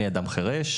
אני אדם חירש,